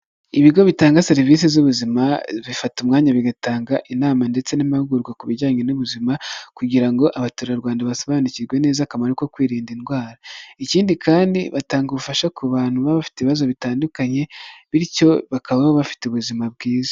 Ibigo bitanga serivisi z'ubuzima, bifata umwanya bigatanga inama ndetse n'amahugurwa ku bijyanye n'ubuzima kugira ngo abaturarwanda basobanukirwe neza akamaro ko kwirinda indwara, ikindi kandi batanga ubufasha ku bantu baba bafite ibibazo bitandukanye, bityo bakaba bafite ubuzima bwiza.